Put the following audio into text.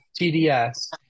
TDS